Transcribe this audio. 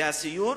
והסיור